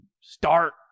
start